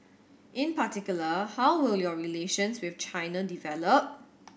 in particular how will your relations with China develop